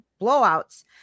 blowouts